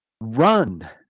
Run